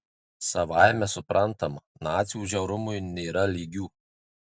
savaime suprantama nacių žiaurumui nėra lygių